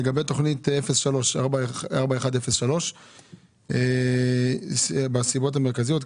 לגבי תוכנית 03-41-03 בסיבות המרכזיות,